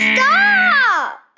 Stop